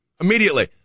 Immediately